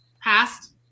Past